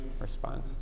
response